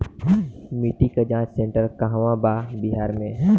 मिटी के जाच सेन्टर कहवा बा बिहार में?